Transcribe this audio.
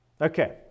okay